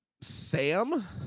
Sam